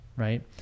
Right